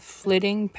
flitting